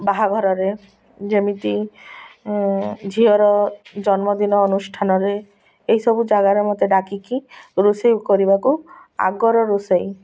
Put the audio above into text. ବାହାଘରରେ ଯେମିତି ଝିଅର ଜନ୍ମଦିନ ଅନୁଷ୍ଠାନରେ ଏଇସବୁ ଜାଗାରେ ମୋତେ ଡ଼ାକିକି ରୋଷେଇ କରିବାକୁ ଆଗର ରୋଷେଇ